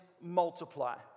multiply